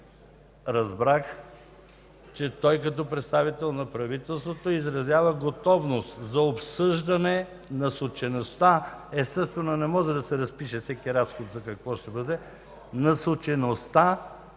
разбрах, че той, като представител на правителството, изразява готовност за обсъждане на насочеността. Естествено, не може да се разпише всеки разход за какво ще бъде – насочеността